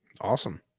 Awesome